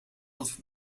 wat